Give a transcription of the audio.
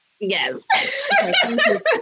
Yes